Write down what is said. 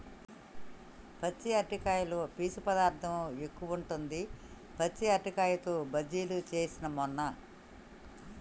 పచ్చి అరటికాయలో పీచు పదార్ధం ఎక్కువుంటది, పచ్చి అరటికాయతో బజ్జిలు చేస్న మొన్న